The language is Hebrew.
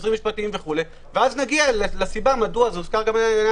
עוזרים משפטיים וכו' ואז נגיע לסיבה למה אגף